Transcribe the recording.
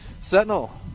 Sentinel